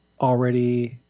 already